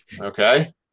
okay